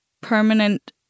permanent